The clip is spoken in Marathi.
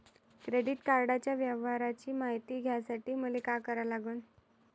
क्रेडिट कार्डाच्या व्यवहाराची मायती घ्यासाठी मले का करा लागन?